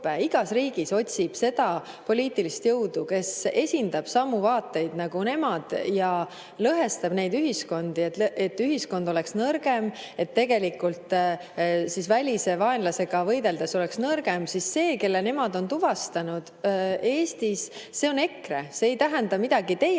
igas riigis otsib seda poliitilist jõudu, kes esindab samu vaateid nagu nemad ja lõhestab neid ühiskondi, et ühiskond oleks nõrgem ja tegelikult välise vaenlasega võitlemisel oleks nõrgem, siis see, kelle nemad on Eestis sellisena tuvastanud, on EKRE. See ei tähenda midagi teie